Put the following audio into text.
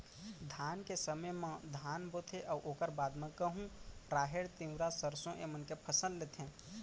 धान के समे म धान बोथें अउ ओकर बाद म गहूँ, राहेर, तिंवरा, सरसों ए मन के फसल लेथें